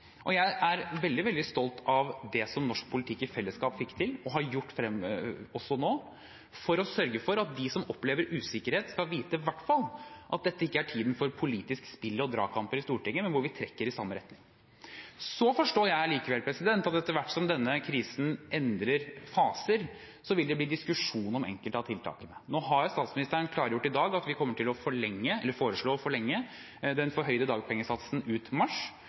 Jeg er veldig stolt av det som norsk politikk i fellesskap fikk til, og har gjort også nå, for å sørge for at de som opplever usikkerhet, i hvert fall skal vite at dette ikke er tiden for politisk spill og dragkamper i Stortinget, men hvor vi trekker i samme retning. Så forstår jeg likevel at etter hvert som denne krisen endrer faser, vil det bli diskusjon om enkelte av tiltakene. Nå har statsministeren klargjort i dag at vi kommer til å foreslå å forlenge den forhøyede dagpengesatsen ut mars.